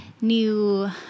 new